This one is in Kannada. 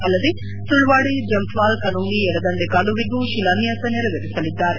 ಅಲ್ಲದೇ ಸುಳ್ವಾಡೆ ಜಂಫಾಲ್ ಕನೋಲಿ ಎಡದಂಡೆ ಕಾಲುವೆಗೂ ಶಿಲಾನ್ಯಾಸ ನೆರವೇರಿಸಲಿದ್ದಾರೆ